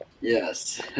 Yes